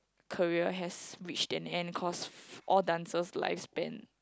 career has reached an end cost for all dancers' life span